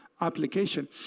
application